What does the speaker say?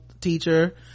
teacher